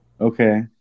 Okay